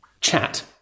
chat